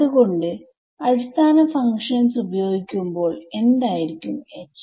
അത്കൊണ്ട് അടിസ്ഥാന ഫങ്ക്ഷൻസ്ഉപയോഗിക്കുമ്പോൾ എന്തായിരിക്കും H